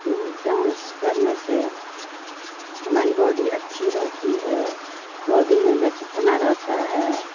कि डान्स करने से हमारी बॉडी अच्छी रहती है बॉडी में लचक़पन रहती है